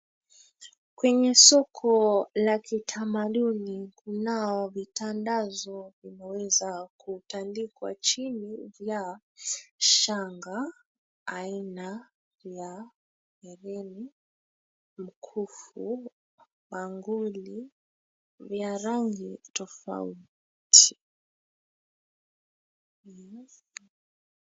Kwenye soko la kitamaduni kunavyo vitandazo vimeweza kutandikwa chini vya shanga aina ya herini, bangili, mikufu vya rangi tofauti.